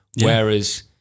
Whereas